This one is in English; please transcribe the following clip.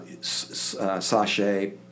Sachet